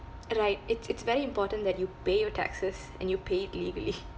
right it's it's very important that you pay your taxes and you pay it legally